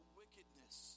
wickedness